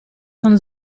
von